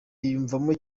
yiyumvamo